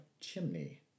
chimney